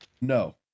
No